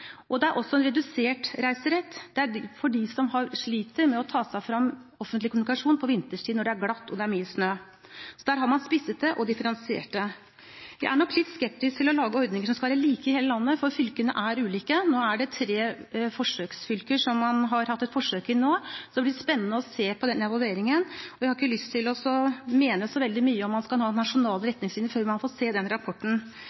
Og det er også en «redusert reiserett» for dem som sliter med å ta seg fram med offentlig kommunikasjon på vinterstid når det er glatt og det er mye snø. Så der har man spisset det og differensiert det. Jeg er nok litt skeptisk til å lage ordninger som skal være like i hele landet, for fylkene er ulike. Nå har man hatt et forsøk i tre forsøksfylker, og det skal bli spennende å se på den evalueringen. Jeg har ikke lyst til å mene så veldig mye om man skal ha